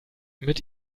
mit